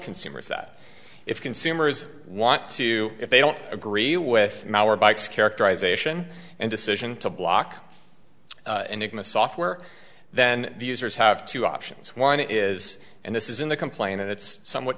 consumers that if consumers want to if they don't agree with our bikes characterization and decision to block enigma software then the users have two options one is and this is in the complaint and it's somewhat